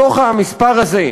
מתוך המספר הזה,